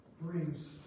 brings